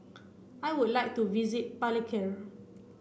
I would like to visit Palikir